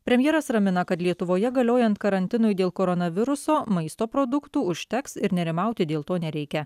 premjeras ramina kad lietuvoje galiojant karantinui dėl koronaviruso maisto produktų užteks ir nerimauti dėl to nereikia